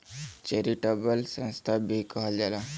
charitable संस्था भी कहल जाला